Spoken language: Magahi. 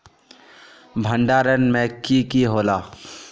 भण्डारण में की की होला?